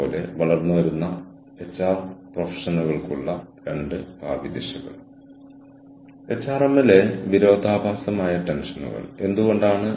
ഞാൻ വളർന്നപ്പോൾ ഒരു അക്ക ഫോൺ നമ്പർ മുതൽ 10 അക്ക ഫോൺ നമ്പറുകൾ വരെയുള്ള ഫോൺ നമ്പറുകൾ ഞാൻ കണ്ടിട്ടുണ്ട്